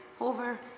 over